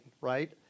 right